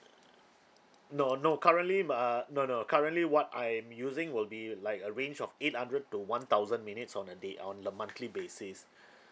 no no currently m~ uh no no currently what I'm using will be like a range of eight hundred to one thousand minutes on a day uh on a monthly basis